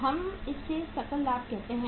हम इसे सकल लाभ कहते हैं